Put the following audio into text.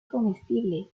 comestible